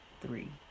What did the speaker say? three